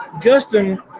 Justin